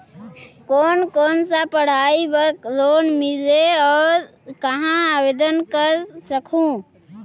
कोन कोन सा पढ़ाई बर लोन मिलेल और कहाँ आवेदन कर सकहुं?